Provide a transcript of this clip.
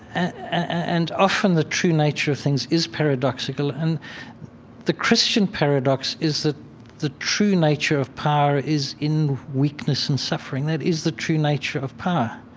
and and often, the true nature of things is paradoxical. and the christian paradox is that the true nature of power is in weakness and suffering. that is the true nature of power.